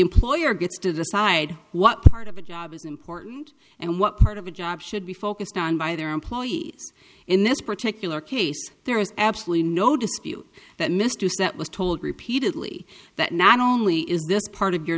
employer gets to decide what part of a job is important and what part of a job should be focused on by their employees in this particular case there is absolutely no dispute that mr that was told repeatedly that not only is this part of your